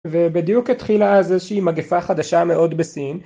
ובדיוק התחילה אז איזושהי מגפה חדשה מאוד בסין.